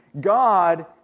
God